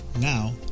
Now